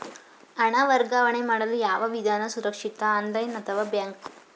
ಹಣ ವರ್ಗಾವಣೆ ಮಾಡಲು ಯಾವ ವಿಧಾನ ಸುರಕ್ಷಿತ ಆನ್ಲೈನ್ ಅಥವಾ ಬ್ಯಾಂಕ್?